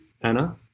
anna